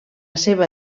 seva